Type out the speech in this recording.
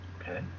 Okay